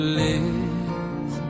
live